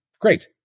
Great